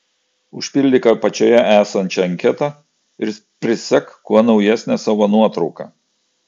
užpildyk apačioje esančią anketą ir prisek kuo naujesnę savo nuotrauką